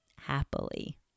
happily